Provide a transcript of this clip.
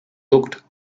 looked